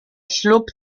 ślub